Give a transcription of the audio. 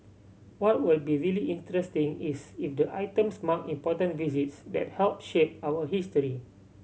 what will be really interesting is if the items mark important visits that help shape our history